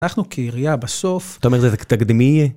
אנחנו כעירייה בסוף. אתה אומר זה תקדימי?